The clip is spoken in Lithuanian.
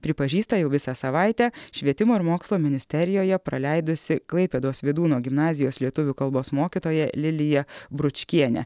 pripažįsta jau visą savaitę švietimo ir mokslo ministerijoje praleidusi klaipėdos vydūno gimnazijos lietuvių kalbos mokytoja lilija bručkienė